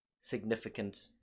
significant